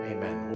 Amen